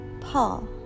Paul